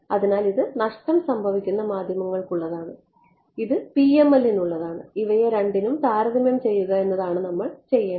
അതിനാൽ ഇത് നഷ്ടം സംഭവിക്കുന്ന മാധ്യമങ്ങൾക്കുള്ളതാണ് ഇത് PML നുള്ളതാണ് ഇവയെ രണ്ടിനെയും താരതമ്യം ചെയ്യുക എന്നതാണ് നമ്മൾ ചെയ്യേണ്ടത്